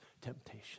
temptation